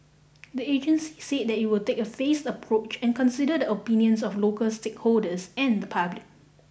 the agency said it will take a phased approach and consider the opinions of local stakeholders and the public